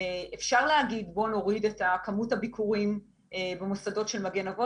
אפשר להגיד בואו נוריד את כמות הביקורים במוסדות של מגן אבות.